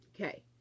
Okay